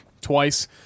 twice